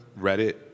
Reddit